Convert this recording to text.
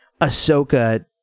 Ahsoka